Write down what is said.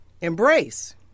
embrace